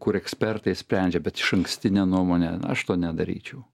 kur ekspertai sprendžia bet išankstine nuomone aš to nedaryčiau